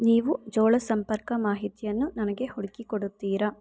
ನೀವು ಜೋಳ ಸಂಪರ್ಕ ಮಾಹಿತಿಯನ್ನು ನನಗೆ ಹುಡುಕಿಕೊಡುತ್ತೀರ